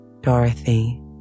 Dorothy